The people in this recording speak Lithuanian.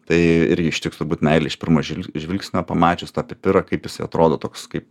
tai irgi ištiks turbūt meilė iš pirmo žvilgsnio pamačius tą pipirą kaip jisai atrodo toks kaip